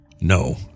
No